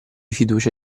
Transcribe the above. fiducia